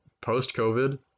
Post-COVID